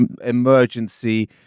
emergency